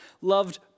loved